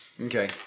Okay